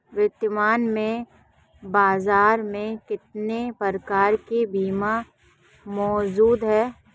वर्तमान में बाज़ार में कितने प्रकार के बीमा मौजूद हैं?